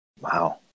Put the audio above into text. Wow